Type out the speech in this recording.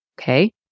Okay